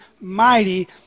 mighty